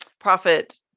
profit